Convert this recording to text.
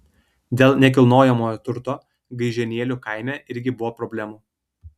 dėl nekilnojamojo turto gaižėnėlių kaime irgi buvo problemų